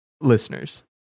listeners